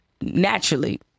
naturally